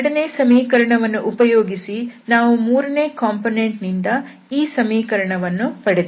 ಎರಡನೇ ಸಮೀಕರಣವನ್ನು ಉಪಯೋಗಿಸಿ ನಾವು ಮೂರನೇ ಕಾಂಪೊನೆಂಟ್ ನಿಂದ ಈ ಸಮೀಕರಣವನ್ನು ಪಡೆದೆವು